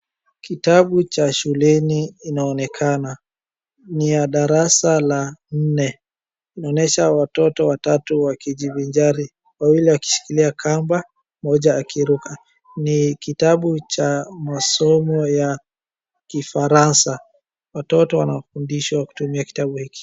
Kitabu cha shuleni inaonekana. Ni ya darasa la nne inaonyesha watoto watatu wakijivijari .Wawili wakishikilia kamba mmoja akiruka. Ni kitabu cha masomo ya kifaransa. Watoto wanafundishwa kutumia kitabu hiki.